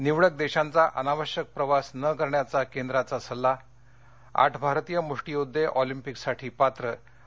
निवडक देशांचा अनावश्यक प्रवास न करण्याचा केंद्राचा सल्ला आठ भारतीय मुष्टियोद्धे ऑलिंपिकसाठी पात्र आणि